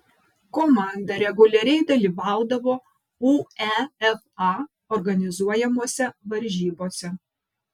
komanda reguliariai dalyvaudavo uefa organizuojamose varžybose